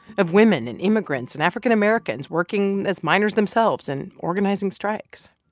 of women and immigrants and african-americans working as miners themselves and organizing strikes.